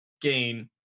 gain